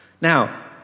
Now